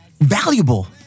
valuable